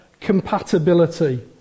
compatibility